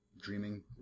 dreaming